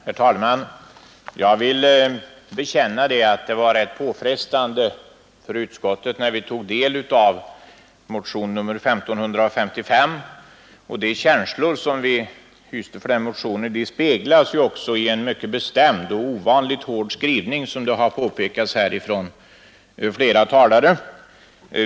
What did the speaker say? Herr talman! Jag vill bekänna att det var påfrestande för utskottet när vi tog del av motionen 1555, och de känslor som vi hyste för den motionen speglas ju också i en mycket bestämd och ovanligt hård skrivning, som det har påpekats här av flera talare.